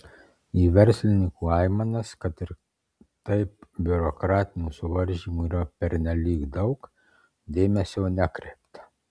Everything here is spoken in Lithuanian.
į verslininkų aimanas kad ir taip biurokratinių suvaržymų yra pernelyg daug dėmesio nekreipta